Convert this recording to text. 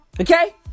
Okay